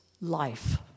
life